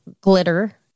glitter